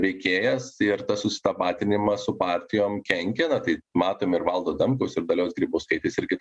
veikėjas ir tas susitapatinimas su partijom kenkia tai matom ir valdo adamkaus ir dalios grybauskaitės irgi